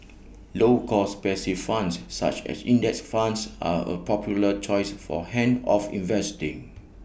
low cost passive funds such as index funds are A popular choice for hands off investing